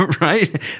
right